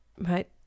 right